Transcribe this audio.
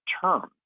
term